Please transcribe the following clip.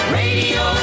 radio